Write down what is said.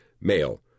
Male